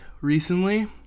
recently